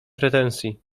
pretensji